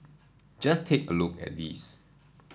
just take a look at these